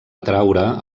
atreure